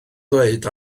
dweud